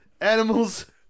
Animals